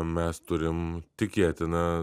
mes turim tikėtina